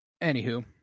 anywho